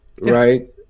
right